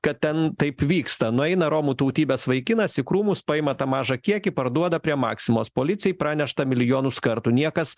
kad ten taip vyksta nueina romų tautybės vaikinas į krūmus paima tą mažą kiekį parduoda prie maksimos policijai pranešta milijonus kartų niekas